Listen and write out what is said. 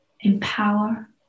empower